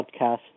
podcast